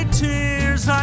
tears